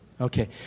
Okay